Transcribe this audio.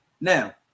Now